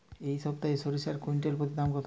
এই সপ্তাহে সরিষার কুইন্টাল প্রতি দাম কত?